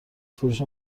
فروش